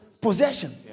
possession